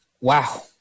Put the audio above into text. Wow